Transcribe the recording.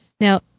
Now